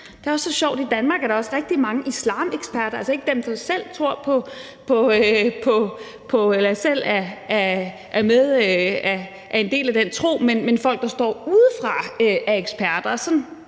i Danmark er der også rigtig mange islameksperter, og det er altså ikke dem, der selv er en del af den tro, men det er folk, der står udefra, der er eksperter,